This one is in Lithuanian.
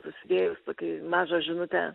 susidėjus tokį mažą žinutę